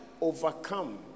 overcome